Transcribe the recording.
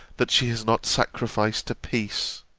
that she has not sacrificed to peace